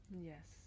yes